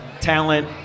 talent